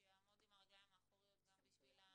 שיעמוד על הרגליים האחוריות גם בשביל ה